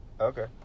Okay